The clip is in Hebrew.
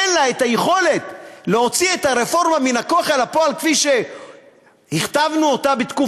אין לה היכולת להוציא את הרפורמה מן הכוח אל הפועל כפי שהכתבנו בתקופתי,